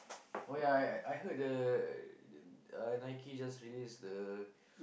oh ya ya ya I heard the uh Nike just released the